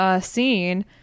scene